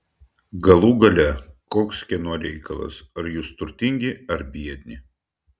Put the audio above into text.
galų gale koks kieno reikalas ar jūs turtingi ar jūs biedni